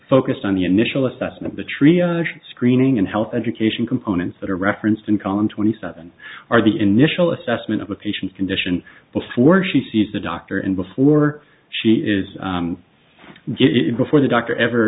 focused on the initial assessment the tria screening and health education components that are referenced in column twenty seven are the initial assessment of a patient's condition before she sees the doctor and before she is before the doctor ever